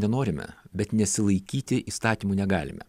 nenorime bet nesilaikyti įstatymų negalime